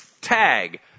tag